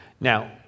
Now